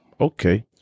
okay